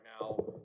now